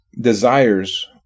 desires